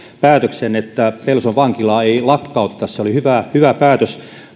päätöksen että pelson vankilaa ei lakkauteta se oli hyvä päätös